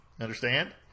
Understand